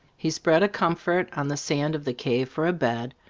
he spread a comfort on the sand of the cave for a bed,